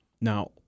Now